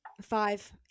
five